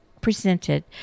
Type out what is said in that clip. presented